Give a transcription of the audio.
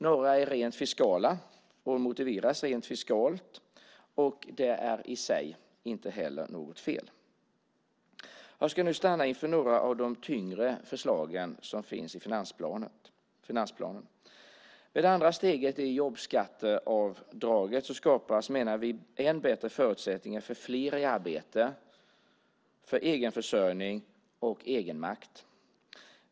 Några är rent fiskala, och motiveras rent fiskalt, och det är i sig inte heller något fel. Jag ska nu stanna inför några av de tyngre förslagen som finns i finansplanen. Med det andra steget i jobbskatteavdraget skapas, menar vi, än bättre förutsättningar för fler i arbete, för egenförsörjning och för egenmakt.